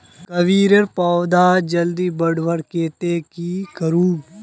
कोबीर पौधा जल्दी बढ़वार केते की करूम?